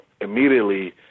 immediately –